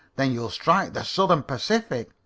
then you'll strike the southern pacific.